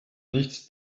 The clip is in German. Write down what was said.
nichts